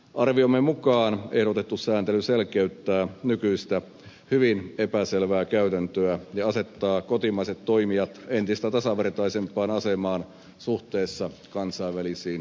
arviomme mukaan ehdotettu sääntely selkeyttää nykyistä hyvin epäselvää käytäntöä ja asettaa kotimaiset toimijat entistä tasavertaisempaan asemaan suhteessa kansainvälisiin kilpailijoihin